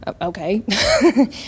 Okay